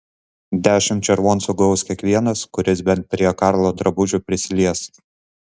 dešimt červoncų gaus kiekvienas kuris bent prie karlo drabužių prisilies